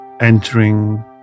entering